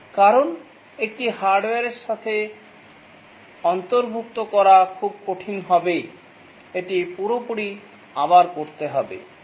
কারণ এটি হার্ডওয়ারের সাথে অন্তর্ভুক্ত করা খুব কঠিন হবে এটি পুরোপুরি আবার করতে হবে